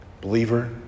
Believer